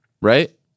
right